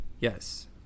Yes